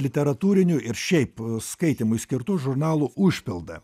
literatūrinių ir šiaip skaitymui skirtų žurnalų užpildą